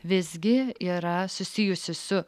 visgi yra susijusi su